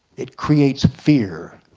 it creates fear.